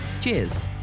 Cheers